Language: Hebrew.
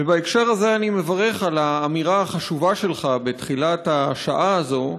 בהקשר הזה אני מברך על האמירה החשובה שלך בתחילת השעה הזאת,